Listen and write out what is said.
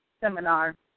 seminar